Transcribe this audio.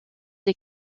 des